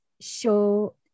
show